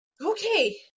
Okay